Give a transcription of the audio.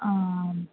आम्